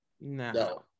No